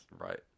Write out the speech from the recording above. right